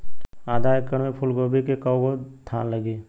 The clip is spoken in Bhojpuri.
आधा एकड़ में फूलगोभी के कव गो थान लागी?